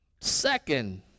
second